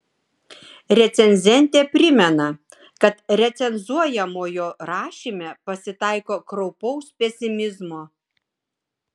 recenzentė primena kad recenzuojamojo rašyme pasitaiko kraupaus pesimizmo